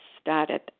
started